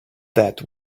that